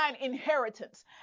inheritance